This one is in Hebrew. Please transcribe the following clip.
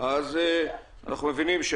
אז אנחנו מבינים,